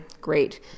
great